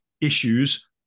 issues